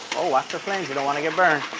watch the flames, you don't want to get burned.